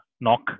knock